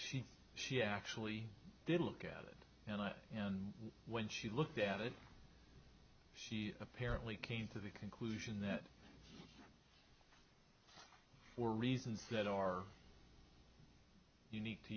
she she actually did look at it and and when she looked at it she apparently came to the conclusion that for reasons that are unique to